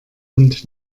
und